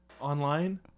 online